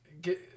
Get